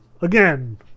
again